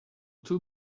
two